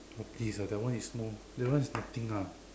oh please lah that one is more that one is nothing ah